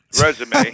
resume